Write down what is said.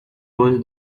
rose